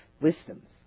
wisdoms